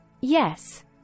Yes